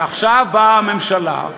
ועכשיו באה הממשלה,